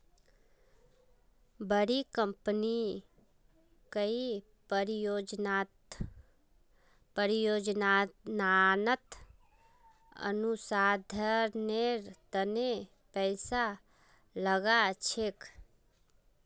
बड़ी कंपनी कई परियोजनात अनुसंधानेर तने पैसा लाग छेक